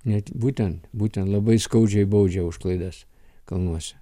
net būtent būtent labai skaudžiai baudžia už klaidas kalnuose